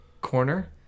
corner